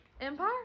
Empire